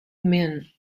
min